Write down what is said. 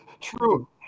True